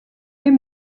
les